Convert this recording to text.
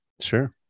Sure